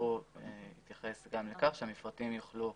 הוא התייחס גם לכך שהמפרטים יוכלו